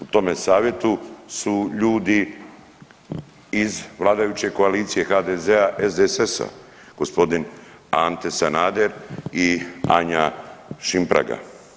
U tome savjetu su ljudi iz vladajuće koalicije HDZ-a, SDSS-a gospodin Ante Sanader i Anja Šimpraga.